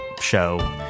show